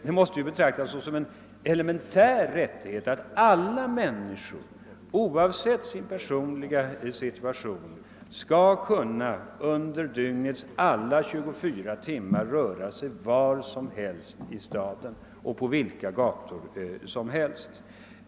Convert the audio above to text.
Det måste ändå betraktas såsom en elementär rättighet att alla människor, oavsett sin personliga situation, under alla dygnets 24 timmar skall kunna röra sig var som helst i staden på vilken gata de vill.